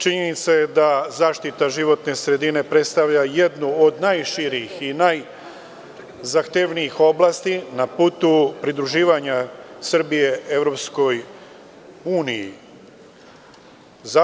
Činjenica je da zaštita životne sredine predstavlja jednu od najširih i najzahtevnijih oblasti na putu pridruživanja Srbije Evropskoj uniji.